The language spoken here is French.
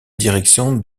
direction